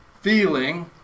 feeling